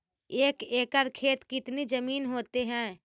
एक एकड़ खेत कितनी जमीन होते हैं?